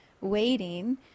waiting